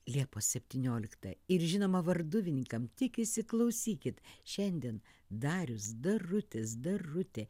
liepos septynioliktą ir žinoma varduvininkam tik įsiklausykit šiandien darius darutis darutė